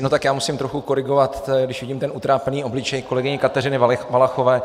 No tak já musím trochu korigovat, když vidím ten utrápený obličej kolegyně Kateřiny Valachové.